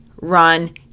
run